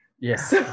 Yes